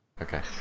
Okay